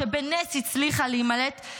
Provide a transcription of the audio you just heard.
שבנס הצליחה להימלט,